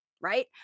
right